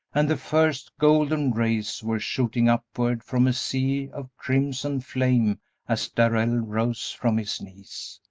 and the first golden rays were shooting upward from a sea of crimson flame as darrell rose from his knees.